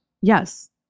Yes